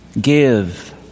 give